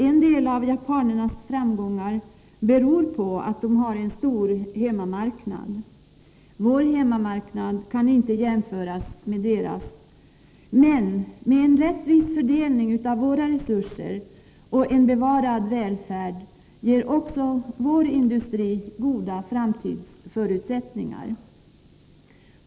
En del av japanernas framgångar beror på att de har en stor hemmamarknad. Vår hemmamarknad kan inte jämföras med deras, men en rättvis fördelning av våra resurser och en bevarad välfärd ger också vår industri goda framtidsförutsättningar.